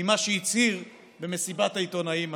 ממה שהצהיר במסיבת העיתונאים הנוכחית.